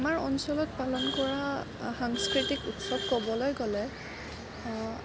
আমাৰ অঞ্চলত পালন কৰা সাংস্কৃতিক উৎসৱ ক'বলৈ গ'লে